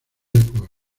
network